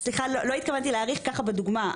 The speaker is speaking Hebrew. לא התכוונתי להאריך בדוגמה,